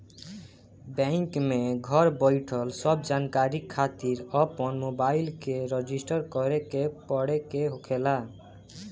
bank में घर बईठल सब जानकारी खातिर अपन मोबाईल के रजिस्टर करे के पड़े के होखेला